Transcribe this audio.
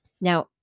Now